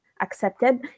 accepted